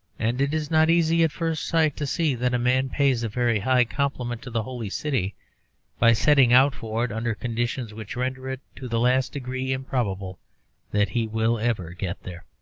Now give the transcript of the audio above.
and it is not easy at first sight to see that a man pays a very high compliment to the holy city by setting out for it under conditions which render it to the last degree improbable that he will ever get there.